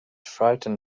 frightened